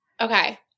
okay